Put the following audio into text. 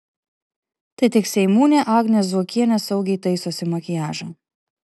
tai tik seimūnė agnė zuokienė saugiai taisosi makiažą